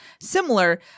similar